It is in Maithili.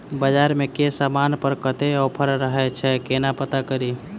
बजार मे केँ समान पर कत्ते ऑफर रहय छै केना पत्ता कड़ी?